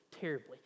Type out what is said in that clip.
terribly